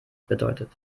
bedeutet